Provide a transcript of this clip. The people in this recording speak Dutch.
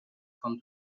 kan